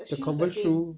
the converse shoe